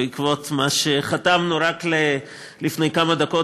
בעקבות מה שחתמנו רק לפני כמה דקות,